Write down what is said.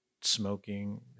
smoking